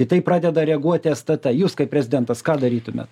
į tai pradeda reaguoti stt jūs kaip prezidentas ką darytumėt